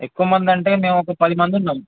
ఎక్కువ మందంటే మేము ఒక పది మంది ఉన్నాం